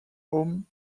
home